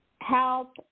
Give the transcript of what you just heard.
help